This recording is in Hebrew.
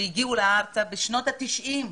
שהגיעו ארצה בנושות ה-90'.